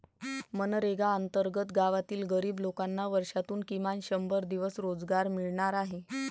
मनरेगा अंतर्गत गावातील गरीब लोकांना वर्षातून किमान शंभर दिवस रोजगार मिळणार आहे